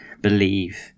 believe